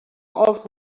off